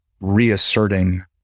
reasserting